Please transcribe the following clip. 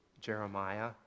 Jeremiah